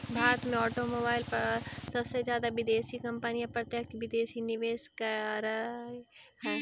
भारत में ऑटोमोबाईल पर सबसे जादा विदेशी कंपनियां प्रत्यक्ष विदेशी निवेश करअ हई